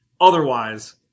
otherwise